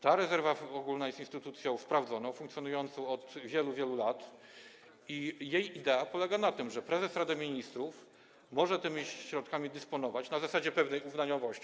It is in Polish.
Ta rezerwa ogólna jest instytucją sprawdzoną, funkcjonującą od wielu, wielu lat i jej idea polega na tym, że prezes Rady Ministrów może tymi środkami dysponować na zasadzie pewnej uznaniowości.